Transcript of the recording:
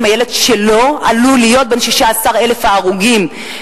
אם הילד שלו עלול להיות בין 16,000 ההרוגים,